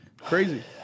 Crazy